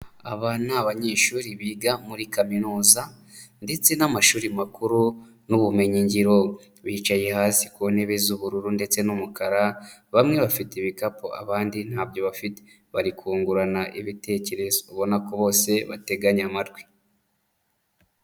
Aba ni abanyeshuri biga muri kaminuza ndetse n'amashuri makuru n'ubumenyingiro. Bicaye hasi ku ntebe z'ubururu ndetse n'umukara, bamwe bafite ibikapu abandi ntabyo bafite. Bari kungurana ibitekerezo. Ubona ko bose bateganye amatwi.